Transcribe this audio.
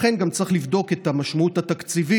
לכן גם צריך לבדוק את המשמעות התקציבית